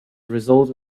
result